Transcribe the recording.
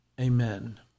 amen